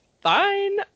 fine